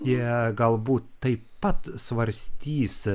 jie galbūt taip pat svarstys